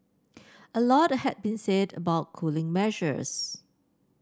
a lot has been said about cooling measures